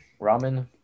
Ramen